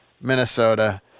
Minnesota